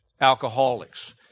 alcoholics